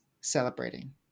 celebrating